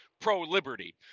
pro-liberty